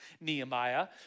Nehemiah